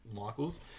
Michael's